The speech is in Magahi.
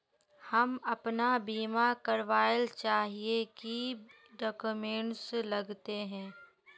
हम अपन बीमा करावेल चाहिए की की डक्यूमेंट्स लगते है?